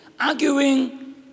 arguing